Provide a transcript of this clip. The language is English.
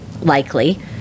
likely